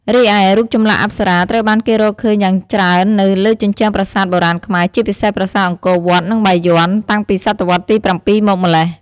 រីឯ រូបចម្លាក់អប្សរាត្រូវបានគេរកឃើញយ៉ាងច្រើននៅលើជញ្ជាំងប្រាសាទបុរាណខ្មែរ ជាពិសេសប្រាសាទអង្គរវត្ត និងបាយ័ន តាំងពីសតវត្សរ៍ទី ៧ មកម្ល៉េះ។